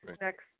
next